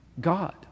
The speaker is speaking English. God